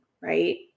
right